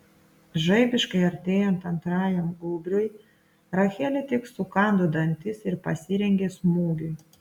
žaibiškai artėjant antrajam gūbriui rachelė tik sukando dantis ir pasirengė smūgiui